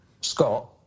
Scott